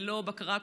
וללא בקרה,